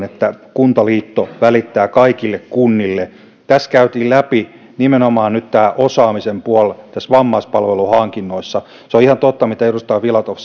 että kuntaliitto välittää sen kaikille kunnille tässä käytiin läpi nimenomaan nyt tämä osaamisen puoli näissä vammaispalveluhankinnoissa se on ihan totta mitä edustaja filatov